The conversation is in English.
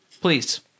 Please